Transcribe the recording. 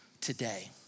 today